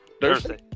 Thursday